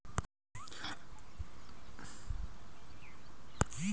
पिकाची लागवड झाल्यावर पाणी कायनं वळवा लागीन? ठिबक सिंचन की पट पाणी?